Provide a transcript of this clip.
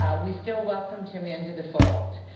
we still welcome him into the fold.